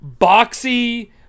boxy